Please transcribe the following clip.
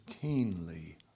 keenly